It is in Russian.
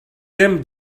темп